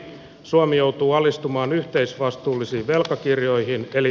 suomi joutuu alistumaan yhteisvastuisiin velkakirjoihin eli